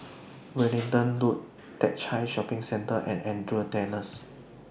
Wellington Road Teck Whye Shopping Centre and Andrews Terrace